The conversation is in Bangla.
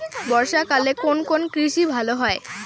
বর্ষা কালে কোন কোন কৃষি ভালো হয়?